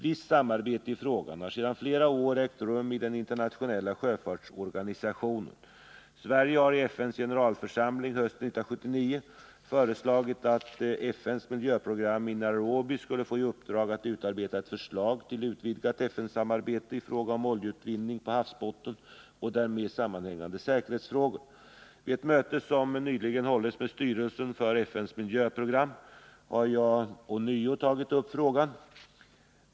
Visst samarbete i frågan har sedan flera år ägt rum inom den internationella sjöfartsorganisationen . Sverige har i FN:s generalförsamling hösten 1979 föreslagit att FN:s miljöprogram i Nairobi skulle få i uppdrag att utarbeta ett förslag till utvidgat FN-samarbete i fråga om oljeutvinning på havsbottnen och därmed sammanhängande säkerhetsfrågor. Vid ett möte som nyligen hållits med styrelsen för FN:s miljöprogram har jag ånyo tagit upp frågan.